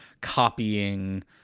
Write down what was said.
copying